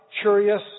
curious